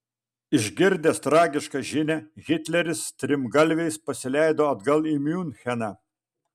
išgirdęs tragišką žinią hitleris strimgalviais pasileido atgal į miuncheną